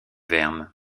verne